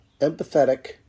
empathetic